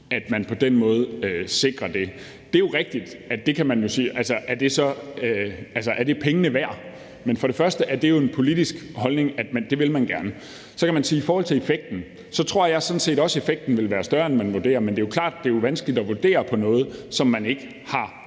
at man på den måde sikrer det. Det er rigtigt, at man så kan sige: Er det pengene værd? Men først og fremmest er det jo en politisk holdning at mene, at det vil man gerne. Jeg tror sådan set også, at effekten vil være større, end man vurderer, men det er jo klart, at det er vanskeligt at vurdere på noget, som man ikke har